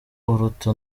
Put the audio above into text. uruta